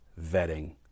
vetting